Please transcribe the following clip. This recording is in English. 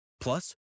Plus